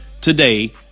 Today